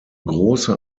große